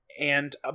And-